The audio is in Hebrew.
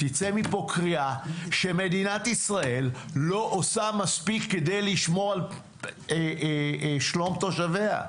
תצא מפה קריאה שמדינת ישראל לא עושה מספיק כדי לשמור על שלום תושביה,